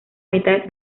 mitad